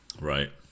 right